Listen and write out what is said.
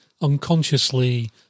unconsciously